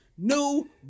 new